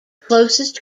closest